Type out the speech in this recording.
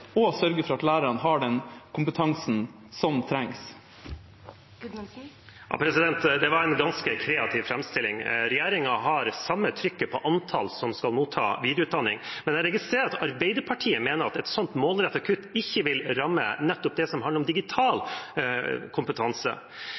og sørger for at lærerne har den kompetansen som trengs. Det var en ganske kreativ framstilling. Regjeringen har det samme trykket på antallet som skal motta videreutdanning, men jeg registrerer at Arbeiderpartiet mener at et sånt målrettet kutt ikke vil ramme nettopp det som handler om digital